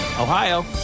Ohio